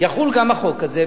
יחול החוק הזה?